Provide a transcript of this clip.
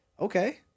Okay